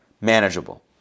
manageable